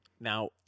Now